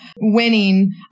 winning